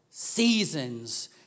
seasons